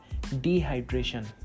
dehydration